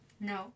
No